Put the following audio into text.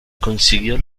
consiguió